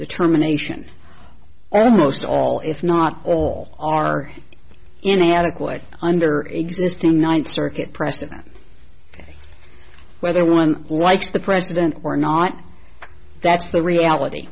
determination almost all if not all are in adequate under existing ninth circuit precedent whether one likes the president or not that's the reality